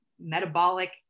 metabolic